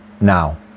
Now